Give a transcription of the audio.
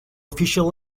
official